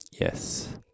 Yes